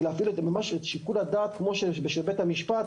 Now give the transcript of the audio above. להפעיל את שיקול הדעת כמו של בית המשפט,